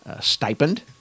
stipend